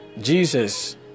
jesus